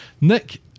nick